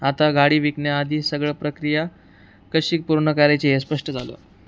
आता गाडी विकण्या्आधी सगळं प्रक्रिया कशी पूर्ण करायची हे स्पष्ट झालं